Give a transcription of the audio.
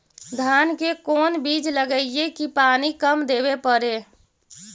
धान के कोन बिज लगईऐ कि पानी कम देवे पड़े?